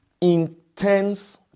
intense